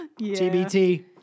TBT